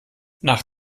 nach